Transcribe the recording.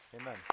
Amen